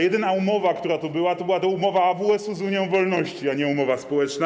Jedyna umowa, która tu była, to była umowa AWS-u z Unią Wolności, a nie umowa społeczna.